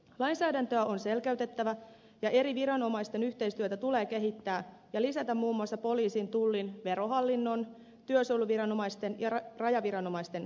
lainsäädäntöä on selkeytettävä ja tulee kehittää eri viranomaisten yhteistyötä ja lisätä yhteistyötä muun muassa poliisin tullin verohallinnon työsuojeluviranomaisten ja rajaviranomaisten kesken